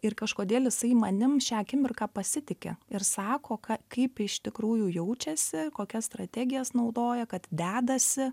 ir kažkodėl jisai manim šią akimirką pasitiki ir sako ką kaip iš tikrųjų jaučiasi kokias strategijas naudoja kad dedasi